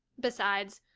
besides,